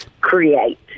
create